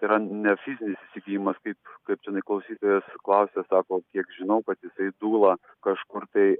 tai yra ne fizinis įsigijimas kaip kaip čionai klausytojas klausė sako kiek žinau kad jisai dūla kažkur tai